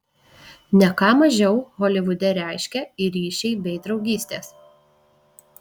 ne ką mažiau holivude reiškia ir ryšiai bei draugystės